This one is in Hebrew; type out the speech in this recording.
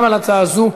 גם על הצעה זאת,